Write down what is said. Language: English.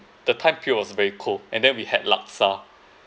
the time period was very cold and then we had laksa